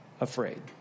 afraid